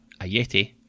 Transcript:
Ayeti